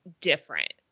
different